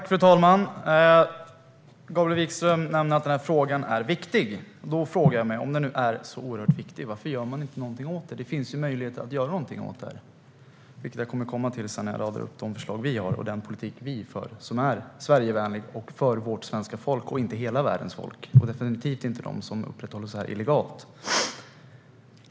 Fru talman! Gabriel Wikström nämner att den här frågan är viktig. Då frågar jag mig: Om den är så oerhört viktig, varför gör man då inte någonting åt detta? Det finns ju möjligheter att göra någonting åt det här, vilket jag kommer att komma till sedan när jag radar upp de förslag vi har och redogör för den politik vi för. Vi för en Sverigevänlig politik för vårt svenska folk, inte för hela världens folk, och definitivt inte för dem som uppehåller sig här illegalt.